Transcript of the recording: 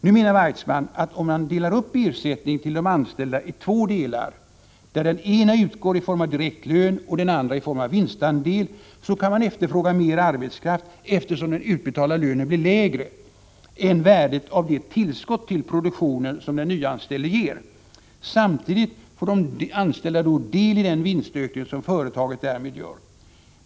Nu menar Weitzman att om man delar upp ersättningen till de anställda i två delar, där den ena utgår i form av direkt lön och den andra i form av vinstandel, så kan man efterfråga mer arbetskraft, eftersom den utbetalda lönen blir lägre än värdet av det tillskott till produktionen som den nyanställde ger. Samtidigt får de anställda då del i den vinstökning som företaget därmed gör.